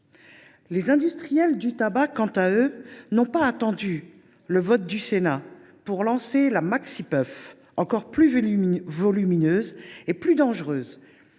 Les industriels du tabac n’ont pas attendu le vote du Sénat pour lancer la « maxipuff », encore plus volumineuse et dangereuse